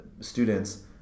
students